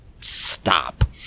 stop